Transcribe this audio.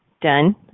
Done